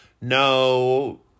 no